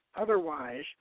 otherwise